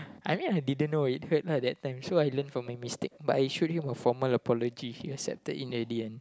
I meant I didn't know it hurt lah that time so I learnt from my mistake but I showed him a formal apology he accepted it in the end